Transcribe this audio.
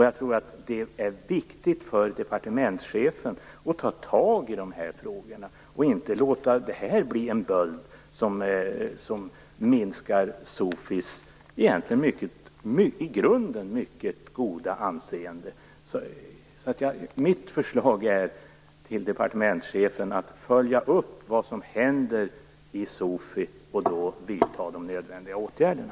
Jag tror att det är viktigt att departementschefen tar tag i dessa frågor och inte låter det bli en böld som minskar SOFI:s i grunden egentligen mycket goda anseende. Mitt förslag till departementschefen är att hon skall följa upp vad som händer vid SOFI och vidta de nödvändiga åtgärderna.